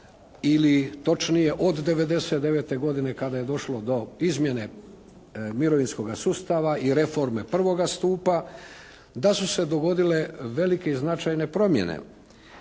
ili točnije od '99. godine kada je došlo do izmjene mirovinskoga sustava i reforme I. stupa da su se dogodile velike značajne promjene.